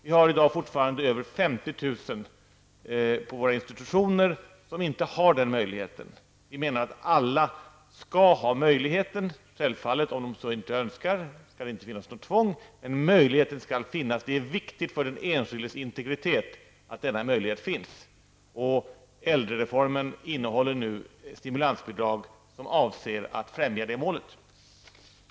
Vi har i dag fortfarande över 50 000 på våra institutioner som inte har den möjligheten. Vi menar att alla skall ha denna möjlighet. Om de inte önskar att ha eget rum skall det självfallet inte finnas något tvång. Men möjligheten skall finnas. Det är viktigt för den enskildes integritet att denna möjlighet finns. Äldrereformen innehåller stimulansbidrag som avser att främja det målet.